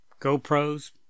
GoPros